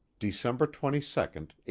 december twenty second,